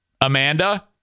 Amanda